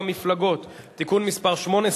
בדבר תיקון טעויות בחוק להגברת האכיפה של דיני העבודה,